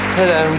Hello